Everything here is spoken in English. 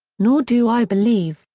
nor do i believe,